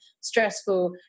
stressful